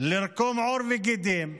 לקרום עור וגידים,